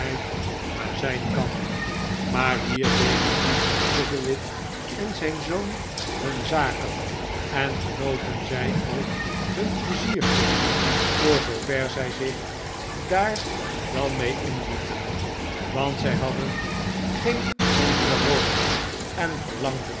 maar ziin kan maar hier deden anthony chuzzlewit en zijn zoon hun zaken en genoten zij ook hun pleiziertjes voor zoover zi zich daar dan mee inlieten want zij hadden geen andere woning en verlangden